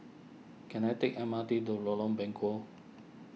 can I take M R T to Lorong Bengkok